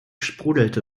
sprudelte